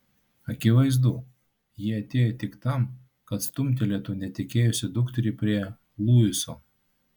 akivaizdu ji atėjo tik tam kad stumtelėtų netekėjusią dukterį prie luiso